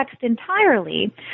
entirely